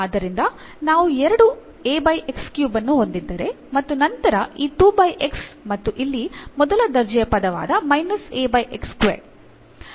ಆದ್ದರಿಂದ ನಾವು ಎರಡು ಅನ್ನು ಹೊಂದಿದ್ದರೆ ಮತ್ತು ನಂತರ ಈ ಮತ್ತು ಇಲ್ಲಿ ಮೊದಲ ದರ್ಜೆಯ ಪದವಾದ